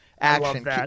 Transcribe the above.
action